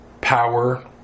power